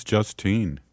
Justine